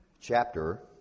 chapter